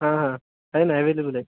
हां हां आहे ना अवेलेबल आहे